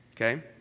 Okay